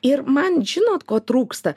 ir man žinot ko trūksta